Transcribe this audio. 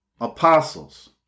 apostles